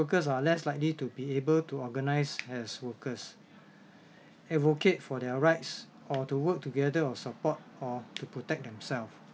workers are less likely to be able to organize as workers advocate for their rights or to work together or support or to protect themself